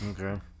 Okay